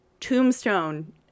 Tombstone